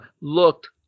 looked